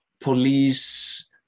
police